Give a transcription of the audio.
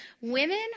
women